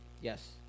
Yes